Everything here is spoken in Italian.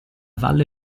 valle